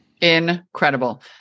Incredible